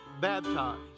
baptized